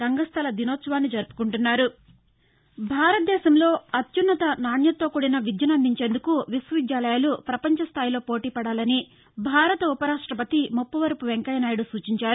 రంగస్థల దినోత్సవాన్ని జరుపుకుంటున్నా భారతదేశంలో అత్యన్నత నాణ్యతతో కూడిన విద్య అందించేందుకు విశ్వ విద్యాలయాలు ప్రపంచస్థాయిలో పోటీ పడాలని భారత ఉప రాష్టపతి ముప్పవరపు వెంకయ్యనాయుడు సూచించారు